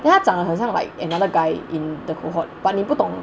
then 长得好像 like another guy in the cohort but 你不懂